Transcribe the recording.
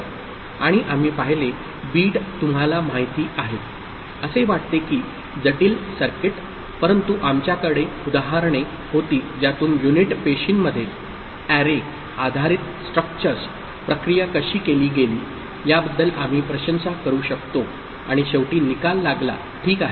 आणि आम्ही पाहिले बिट तुम्हाला माहिती आहे असे वाटते की जटिल सर्किट परंतु आमच्याकडे उदाहरणे होती ज्यातून युनिट पेशींमध्ये एरे आधारित स्ट्रक्चर्स प्रक्रिया कशी केली गेली याबद्दल आम्ही प्रशंसा करू शकतो आणि शेवटी निकाल लागला ठीक आहे